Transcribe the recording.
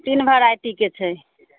तीन भेरायटी के छै